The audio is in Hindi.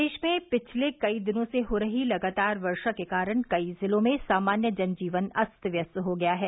प्रदेश में पिछले कई दिनों से हो रही लगातार वर्षा के कारण कई जिलों में सामान्य जनजीवन अस्त व्यस्त हो गया है